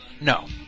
No